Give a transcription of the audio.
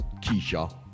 Keisha